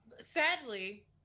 Sadly